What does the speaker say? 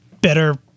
better